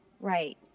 Right